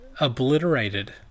obliterated